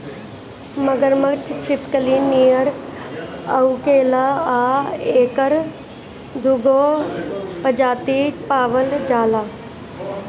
मगरमच्छ छिपकली नियर लउकेला आ एकर दूगो प्रजाति पावल जाला